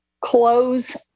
close